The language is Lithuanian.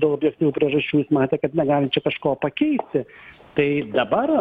dėl ojektyvių priežasčių jis matė kad negalim čia kažko pakeisti tai dabar